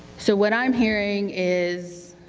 so, what i'm hearing is,